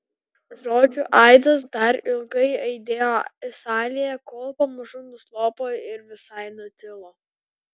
žodžių aidas dar ilgai aidėjo salėje kol pamažu nuslopo ir visai nutilo